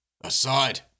aside